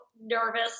nervous